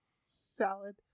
salad